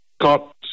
got